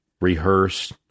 rehearsed